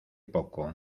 poco